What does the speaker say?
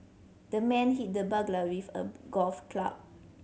the man hit the burglar with a golf club